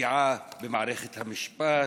פגיעה במערכת המשפט,